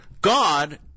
God